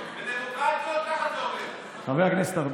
ככה זה עובד בדמוקרטיות, חבר הכנסת ארבל,